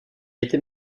était